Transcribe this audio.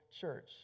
church